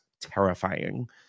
terrifying